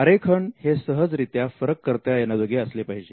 आरेखन हे सहजरीत्या फरक करता येण्याजोगे असले पाहिजे